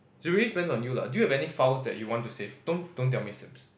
it really depends on you lah do you have any files that you wanna save don't don't tell me snaps